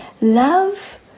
love